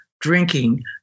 drinking